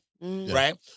right